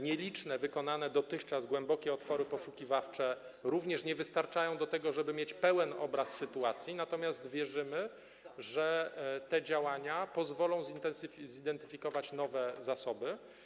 Nieliczne wykonane dotychczas głębokie otwory poszukiwawcze również nie wystarczają, żeby mieć pełen obraz sytuacji, natomiast wierzymy, że te działania pozwolą zidentyfikować nowe zasoby.